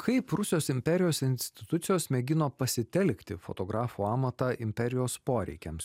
kaip rusijos imperijos institucijos mėgino pasitelkti fotografo amatą imperijos poreikiams